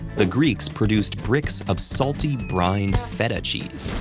the greeks produced bricks of salty brined feta cheese,